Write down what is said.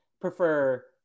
prefer